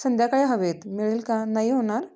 संध्याकाळी हवे आहेत मिळेल का नाही होणार